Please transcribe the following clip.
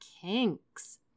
kinks